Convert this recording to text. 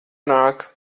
nāk